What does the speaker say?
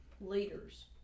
leaders